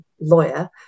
lawyer